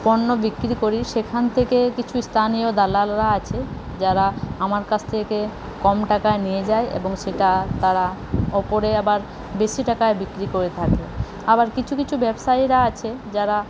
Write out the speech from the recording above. পণ্য বিক্রি করি সেখান থেকে কিছু স্থানীয় দালালরা আছে যারা আমার কাছ থেকে কম টাকায় নিয়ে যায় এবং সেটা তারা ওপরে আবার বেশি টাকায় বিক্রি করে থাকে আবার কিছু কিছু ব্যবসায়ীরা আছে যারা